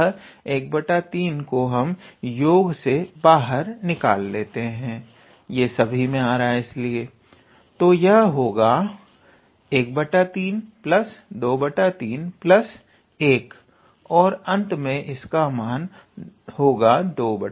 अतः 13 को हम योग से बाहर निकाल लेते हैं तो यह होगा 13231 और अंत में इसका मान होगा 23